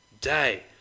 day